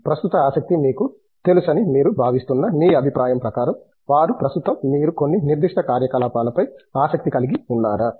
ప్రస్తుత ఆసక్తి మీకు తెలుసని మీరు భావిస్తున్న మీ అభిప్రాయం ప్రకారం వారు ప్రస్తుతం మీరు కొన్ని నిర్దిష్ట కార్యకలాపాలపై ఆసక్తి కలిగి ఉన్నారా